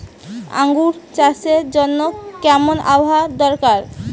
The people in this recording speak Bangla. আঙ্গুর চাষের জন্য কেমন আবহাওয়া দরকার?